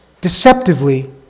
deceptively